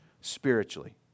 spiritually